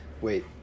Wait